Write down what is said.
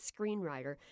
screenwriter